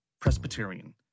Presbyterian